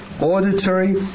auditory